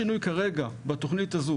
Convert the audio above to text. כרגע, כל שינוי בתכנית הזו